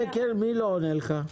מי לא עונה לך?